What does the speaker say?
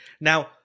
Now